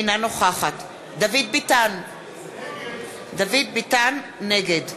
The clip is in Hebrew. אינה נוכחת דוד ביטן, נגד